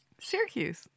Syracuse